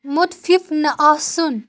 مُتفِف نہٕ آسُن